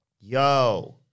Yo